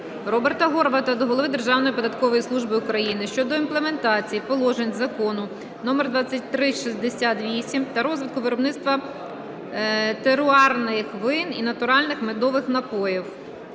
Роберта Горвата до голови Державної податкової служби України щодо імплементації положень Закону №2360-VIII та розвитку виробництва теруарних вин і натуральних медових напоїв.